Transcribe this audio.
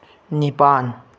ꯅꯤꯄꯥꯟ